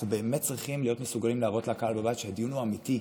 אנחנו באמת צריכים להיות מסוגלים להראות לקהל בבית שהדיון הוא אמיתי,